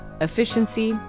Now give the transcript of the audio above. efficiency